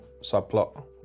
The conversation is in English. subplot